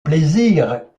plaisirs